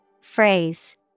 Phrase